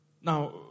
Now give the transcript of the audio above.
Now